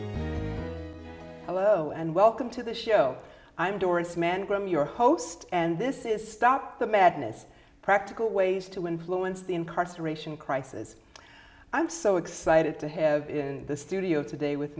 hello and welcome to the show i'm doris mangrum your host and this is stop the madness practical ways to influence the incarceration crisis i'm so excited to have in the studio today with